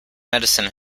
medicine